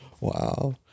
Wow